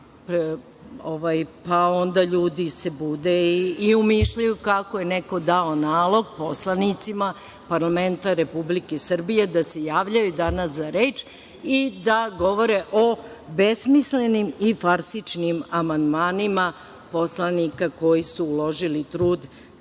se onda ljudi bude i umišljaju kako je neko dao nalog poslanicima parlamenta Republike Srbije da se javljaju danas za reč i da govore o besmislenim i farsičnim amandmanima poslanika koji su uložili trud da